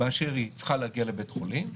באשר היא צריכה להגיע לבית חולים,